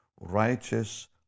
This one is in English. righteous